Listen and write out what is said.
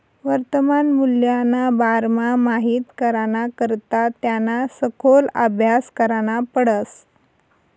वर्तमान मूल्यना बारामा माहित कराना करता त्याना सखोल आभ्यास करना पडस